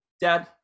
dad